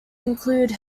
include